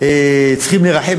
צריכים לרחם,